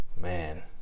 Man